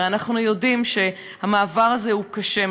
הרי אנחנו יודעים שהמעבר הזה הוא קשה.